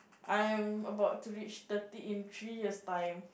I am about to reach thirty in three years time